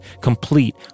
complete